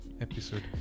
Episode